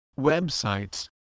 websites